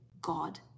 God